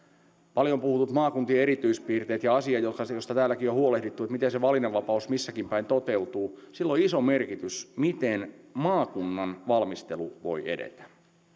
paljon puhutut maakuntien erityispiirteet ja asia josta täälläkin on huolehdittu se miten se valinnanvapaus missäkin päin toteutuu sillä on iso merkitys miten maakunnan valmistelu voi edetä